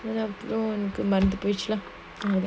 ya lah எனக்குமறந்துபோச்சு:enaku maranthu pochu